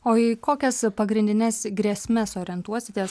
o į kokias pagrindines grėsmes orientuositės